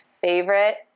favorite